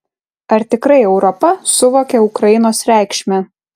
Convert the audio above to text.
ar tikrai europa suvokia ukrainos reikšmę